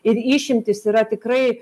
ir išimtys yra tikrai